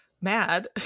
mad